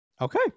okay